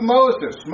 Moses